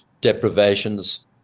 deprivations